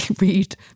read